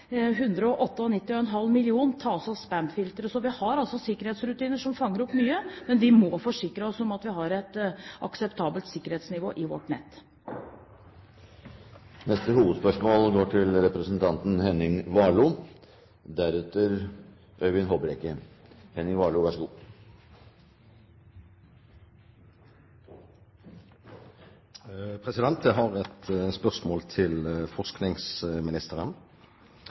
tas av spamfilter. Vi har sikkerhetsrutiner som fanger opp mye, men vi må forsikre oss om at vi har et akseptabelt sikkerhetsnivå i vårt nett. Vi går til neste hovedspørsmål. Jeg har et spørsmål til forskningsministeren. Til tross for at regjeringen har lovet å øke bevilgningen til forskningen i årene som kommer, viser forslag til